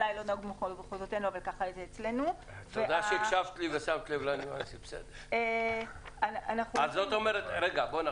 את אומרת שאת (ב) אנחנו לא